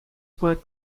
were